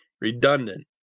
redundant